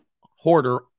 hoarder